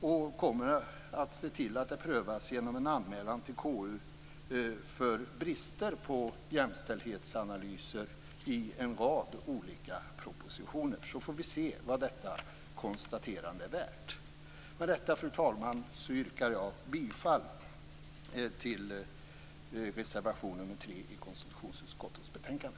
Vi får se till att det genom en anmälan till KU sker en prövning just på grund av brist på jämställdhetsanalyser i en rad olika propositioner. Sedan får vi se vad gjorda konstaterande är värt. Med detta, fru talman, yrkar jag bifall till reservation nr 3 i konstitutionsutskottets betänkande.